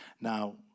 Now